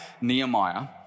Nehemiah